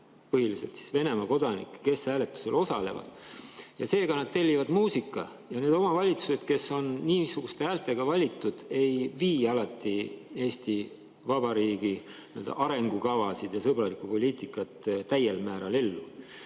põhiliselt Venemaa kodanikke, kes hääletusel osalevad. Ja seega nad tellivad muusika. Ja need omavalitsused, kes on niisuguste häältega valitud, ei vii alati Eesti Vabariigi arengukavasid ja sõbralikku poliitikat täiel määral ellu.